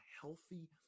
healthy